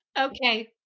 Okay